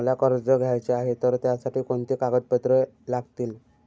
मला कर्ज घ्यायचे आहे तर त्यासाठी कोणती कागदपत्रे लागतील?